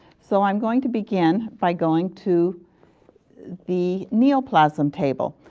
so i am going to begin by going to the neoplasm table.